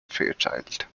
fairchild